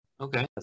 Okay